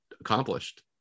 accomplished